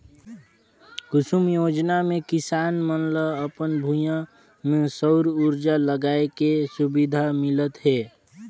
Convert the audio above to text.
कुसुम योजना मे किसान मन ल अपन भूइयां में सउर उरजा लगाए के सुबिधा मिलत हे